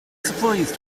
surprise